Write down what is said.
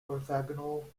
orthogonal